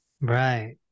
Right